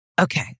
okay